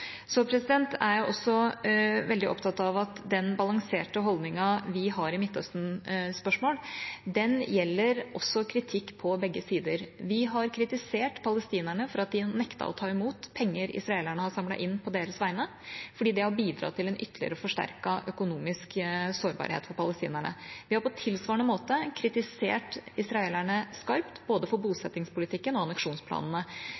Jeg er også veldig opptatt av at den balanserte holdningen vi har i Midtøsten-spørsmål, gjelder kritikk på begge sider. Vi har kritisert palestinerne for at de nektet å ta imot penger israelerne har samlet inn på deres vegne, fordi det har bidratt til en ytterligere forsterket økonomisk sårbarhet for palestinerne. Vi har på tilsvarende måte kritisert israelerne skarpt for både